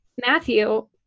Matthew